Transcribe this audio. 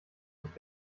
nicht